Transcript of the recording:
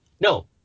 No